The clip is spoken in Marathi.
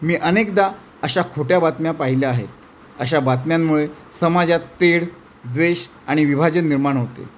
मी अनेकदा अशा खोट्या बातम्या पाहिल्या आहेत अशा बातम्यांमुळे समाजात तेढ द्वेष आणि विभाजन निर्माण होते